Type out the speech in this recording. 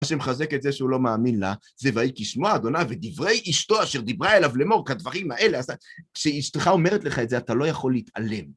מה שמחזק את זה שהוא לא מאמין לה, זה "ויהי כשמוע אדוניו את דברי אשתו אשר דיברה אליו לאמור כדברים האלה", אז אתה... כשאשתך אומרת לך את זה, אתה לא יכול להתעלם.